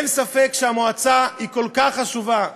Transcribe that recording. אין ספק שהמועצה כל כך חשובה,